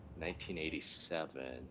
1987